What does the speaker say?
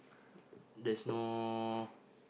there's no